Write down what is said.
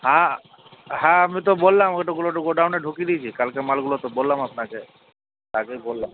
হ্যাঁ হ্যাঁ আমি তো বললাম ওইটোগুলো তো গোডাউনে ঢুকিয়ে দিয়েছি কালকের মালগুলো তো বললাম আপনাকে আগেই বললাম